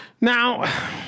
Now